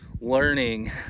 Learning